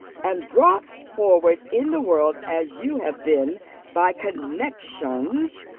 and brought forward in the world as you have been by connexions,